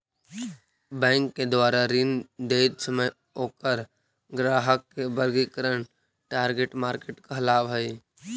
bank के द्वारा ऋण देइत समय ओकर ग्राहक के वर्गीकरण टारगेट मार्केट कहलावऽ हइ